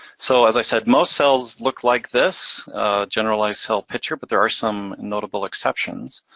so, as i said, most cells look like this, a generalized cell picture, but there are some notable exceptions.